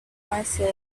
myself